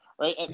Right